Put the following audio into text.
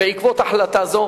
בעקבות החלטה זאת,